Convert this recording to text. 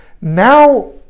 now